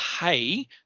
pay